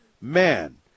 Man